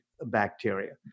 bacteria